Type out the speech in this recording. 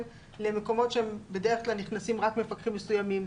למקומות אליהם בדרך כלל נכנסים רק מפקחים מסוימים.